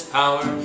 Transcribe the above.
power